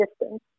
distance